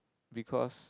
because